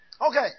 Okay